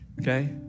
okay